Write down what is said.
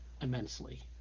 immensely